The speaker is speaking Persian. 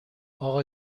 اقا